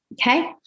Okay